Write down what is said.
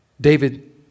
David